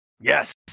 Yes